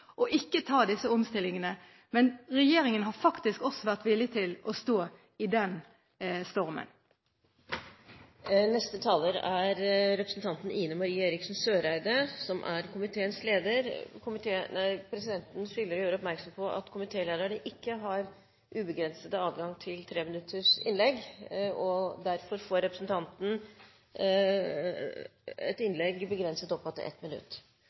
ikke å gjøre disse omstillingene. Men regjeringen har faktisk også vært villig til å stå i den stormen. Neste taler er Ine M. Eriksen Søreide, som er komiteens leder. Presidenten skylder å gjøre oppmerksom på at komitélederne ikke har ubegrenset adgang til 3-minuttersinnlegg. Derfor får representanten Eriksen Søreide holde et innlegg begrenset til 1 minutt.